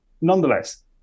Nonetheless